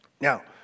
Now